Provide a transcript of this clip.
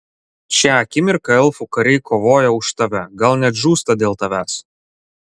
šią akimirką elfų kariai kovoja už tave gal net žūsta dėl tavęs